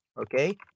okay